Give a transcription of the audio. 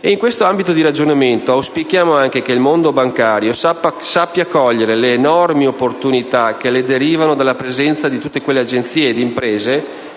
In questo ambito di ragionamento auspichiamo anche che il mondo bancario sappia cogliere le enormi opportunità che gli derivano dalla presenza di tutte quelle agenzie ed imprese